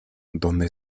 donde